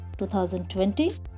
2020